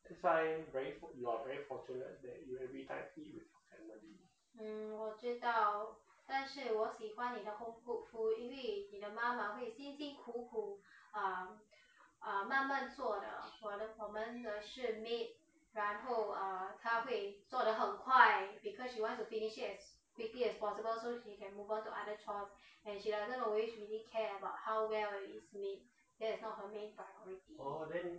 that's why very you are very fortunate that you every time eat with your family oh then